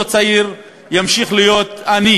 אותו צעיר ימשיך להיות עני